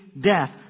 death